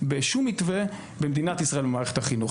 בשום מתווה במערכת החינוך במדינת ישראל.